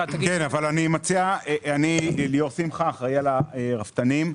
אני אחראי על הרפתנים.